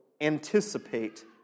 anticipate